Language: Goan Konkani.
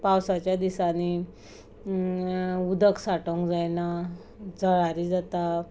पावसाच्या दिसांनी उदक साठोवंक जायना जळारी जाता